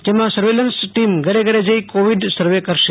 જેમાં surveillance team ઘરે ઘરે જઈ કોવિડ સર્વે કરશે